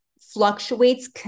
fluctuates